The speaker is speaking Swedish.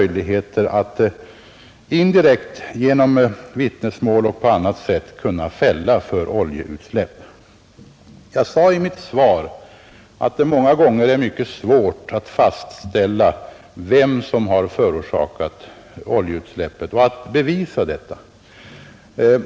Jag sade i mitt svar att det många gånger är mycket svårt att fastställa vem som har förorsakat ett oljeutsläpp och bevisa detta.